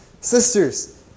sisters